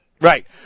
Right